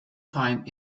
time